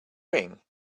ring